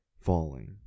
falling